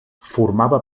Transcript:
formava